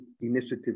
Initiative